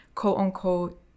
quote-unquote